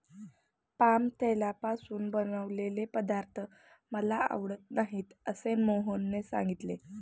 palm तेलापासून बनवलेले पदार्थ मला आवडत नाहीत असे मोहनने सांगितले